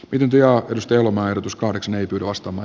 yhtiö osti lomaedutuskoodeksin edustama